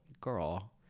girl